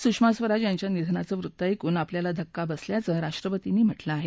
सुषमा स्वराज यांच्या निधनाचं वृत्त ऐकून आपल्याला धक्का बसला असल्याचं राष्ट्रपतींनी म्हटलं आहे